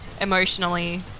emotionally